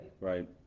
Right